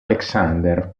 alexander